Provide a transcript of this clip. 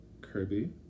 Kirby